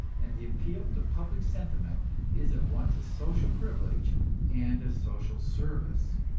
and the appeal to public sentiment is at once a social privilege and a social service.